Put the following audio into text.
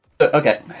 Okay